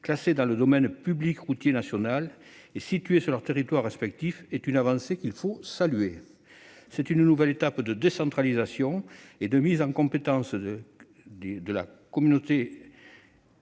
classées dans le domaine public routier national et situées sur leurs territoires respectifs, est une avancée qu'il faut saluer. C'est une nouvelle étape de décentralisation et de mise en cohérence de la CEA et de